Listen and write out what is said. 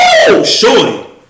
Shorty